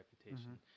reputation